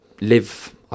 live